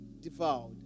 devoured